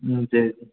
हुँ जी